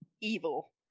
evil